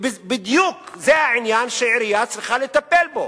ובדיוק זה העניין שעירייה צריכה לטפל בו.